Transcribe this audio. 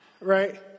right